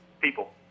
People